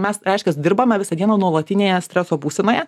mes reiškias dirbame visą dieną nuolatinėje streso būsenoje